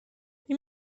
این